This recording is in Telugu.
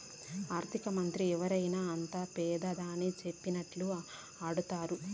ఆర్థికమంత్రి ఎవరైనా అంతా పెదాని సెప్పినట్లా ఆడతండారు